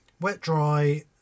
Wet-dry